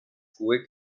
quick